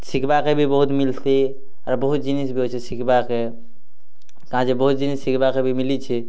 ଶିଖିବାର୍କେ ବି ବହୁତ୍ ମିଲ୍ସି ଆର ବହୁତ୍ ଜିନିଷ୍ ବି ଅଛି ଶିଖିବାର୍କେ କାଏଁଯେ ବହୁ ଜିନିଷ୍ ଵି ଶିଖିବାର୍କେ ମିଲ୍ସି